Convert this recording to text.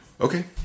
Okay